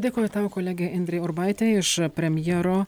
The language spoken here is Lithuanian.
dėkoju tau kolege indrei urbaitei iš premjero